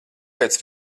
pēc